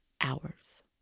hours